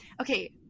okay